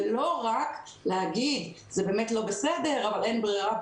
ולא רק להגיד: זה באמת לא בסדר אבל אין ברירה,